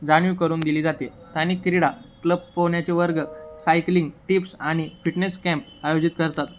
जाणीव करून दिली जाते स्थानिक क्रीडा क्लब पोहण्याचे वर्ग सायकलिंग टिप्स आणि फिटनेस कॅम्प आयोजित करतात